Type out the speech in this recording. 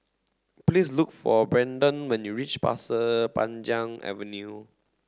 please look for Braedon when you reach Pasir Panjang Avenue